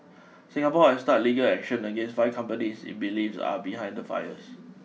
Singapore has start legal action against five companies it believes are behind the fires